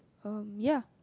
um ya